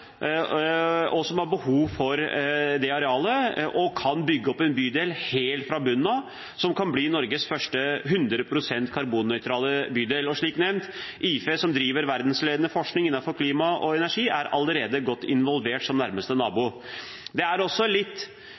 og som har behov for det arealet og kan bygge opp en bydel helt fra bunnen av som kan bli Norges første 100 pst. karbonnøytrale bydel. Som nevnt: IFE, som driver verdensledende forskning innenfor klima og energi, er allerede godt involvert som nærmeste nabo. Det er